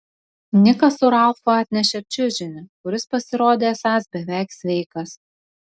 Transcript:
nikas su ralfu atnešė čiužinį kuris pasirodė esąs beveik sveikas